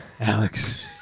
Alex